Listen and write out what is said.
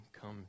come